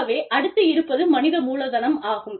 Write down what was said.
ஆகவே அடுத்து இருப்பது மனித மூலதனம் ஆகும்